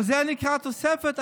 אבל זה נקרא תוספת?